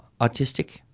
autistic